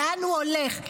לאן הוא הולך?